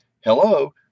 hello